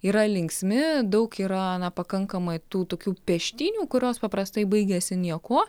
yra linksmi daug yra na pakankamai tų tokių peštynių kurios paprastai baigiasi niekuo